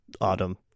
autumn